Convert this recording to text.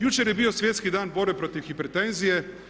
Jučer je bio Svjetski dan borbe protiv hipertenzije.